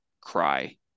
cry